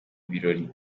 birori